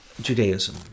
Judaism